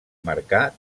marcà